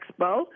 Expo